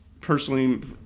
personally